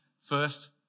first